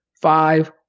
five